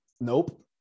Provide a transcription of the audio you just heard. Nope